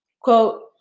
Quote